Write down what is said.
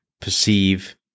perceive